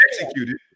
executed